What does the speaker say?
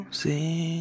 see